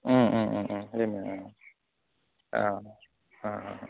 औ अ अ अ